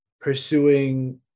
pursuing